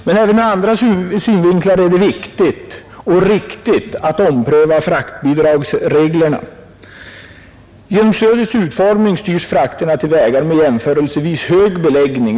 Men även ur andra synvinklar är det viktigt och riktigt att ompröva fraktbidragsreglerna. Genom stödets utformning styrs frakterna till vägar med jämförelsevis hög beläggning.